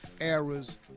errors